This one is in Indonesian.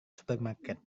supermarket